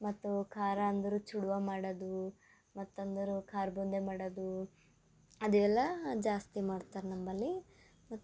ಮತ್ತು ಖಾರ ಅಂದ್ರೆ ಚುಡುವ ಮಾಡೋದು ಮತ್ತು ಅಂದರೆ ಖಾರ ಬೂಂದಿ ಮಾಡೋದು ಅದು ಎಲ್ಲ ಜಾಸ್ತಿ ಮಾಡ್ತಾರೆ ನಮ್ಮಲ್ಲಿ ಮತ್ತು